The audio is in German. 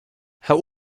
herr